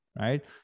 Right